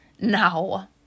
Now